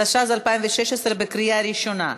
התשע"ז 2016, בקריאה ראשונה.